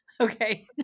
okay